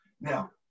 Now